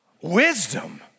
wisdom